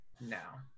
now